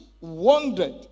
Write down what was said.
wandered